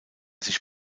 sich